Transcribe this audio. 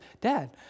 Dad